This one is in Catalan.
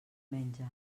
menja